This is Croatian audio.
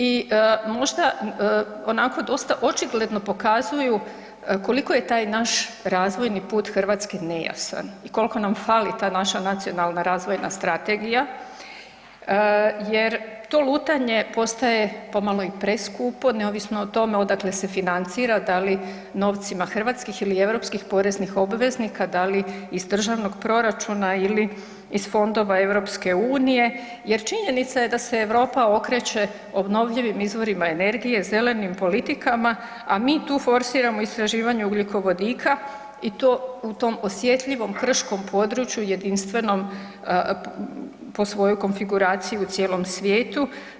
I možda onako dosta očigledno pokazuju koliko je taj naš razvojni put Hrvatske nejasan i kolko nam fali ta naša nacionalna razvojna strategija jer to lutanje potaje pomalo i preskupo neovisno o tome odakle se financira, da li novcima hrvatskih ili europskih poreznih obveznika, da li iz državnog proračuna ili iz fondova EU jer činjenica je da se Europa okreće obnovljivim izvorima energije, zelenim politikama, a mi tu forsiramo istraživanje ugljikovodika i to u tom osjetljivom krškom području jedinstvenom po svojoj konfiguraciji u cijelom svijetu.